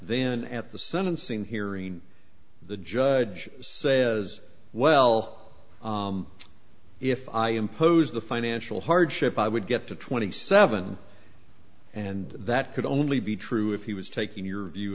then at the sentencing hearing the judge says well if i impose the financial hardship i would get to twenty seven dollars and that could only be true if he was taking your view